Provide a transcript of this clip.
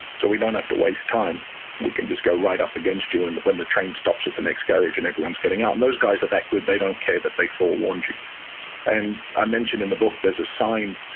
so we don't have to waste time we can just go right up against you and when the train stops at the next garage and everyone is getting out. those guys are that good. they don't care that they forewarned you and i mention in the book there's a sign